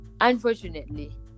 unfortunately